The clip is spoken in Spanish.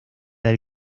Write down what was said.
del